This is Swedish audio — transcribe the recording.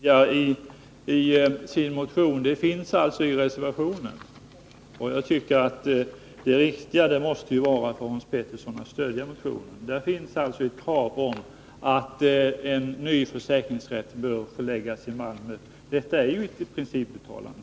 Herr talman! Hans Petersson i Röstånga är som jag ser det illa ute. Det han kräver finns, som jag sade tidigare, i reservationen. Det riktiga för Hans Petersson måste, som jag ser det, vara att stödja reservationen. Där finns ett krav på att en ny försäkringsrätt skall förläggas till Malmö. Och detta är ett principuttalande.